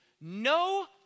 no